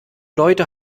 leute